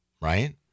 right